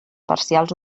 parcials